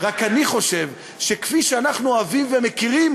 רק אני חושב שכפי שאנחנו אוהבים ומכירים,